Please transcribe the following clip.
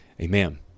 Amen